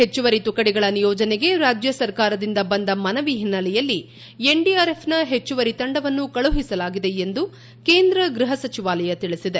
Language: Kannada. ಹೆಚ್ಚುವರಿ ತುಕಡಿಗಳ ನಿಯೋಜನೆಗೆ ರಾಜ್ಯ ಸರ್ಕಾರದಿಂದ ಬಂದ ಮನವಿ ಹಿನ್ನೆಲೆಯಲ್ಲಿ ಎನ್ಡಿಆರ್ಎಫ್ನ ಹೆಚ್ಚುವರಿ ತಂಡವನ್ನು ಕಳುಹಿಸಲಾಗಿದೆ ಎಂದು ಕೇಂದ್ರ ಗೃಹ ಸಚಿವಾಲಯ ತಿಳಿಸಿದೆ